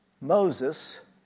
Moses